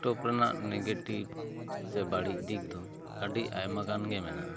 stove ᱨᱮᱱᱟᱜ negative ᱥᱮ ᱵᱟᱹᱲᱤᱡ ᱫᱤᱜᱽ ᱫᱚ ᱟᱹᱰᱤ ᱟᱭᱢᱟ ᱜᱟᱱ ᱜᱮ ᱢᱮᱱᱟᱜᱼᱟ